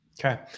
Okay